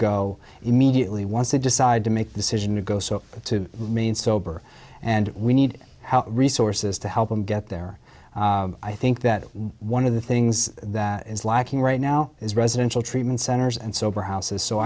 go immediately once they decide to make decision to go so to me and sober and we need resources to help them get there i think that one of the things that is lacking right now is residential treatment centers and sober houses so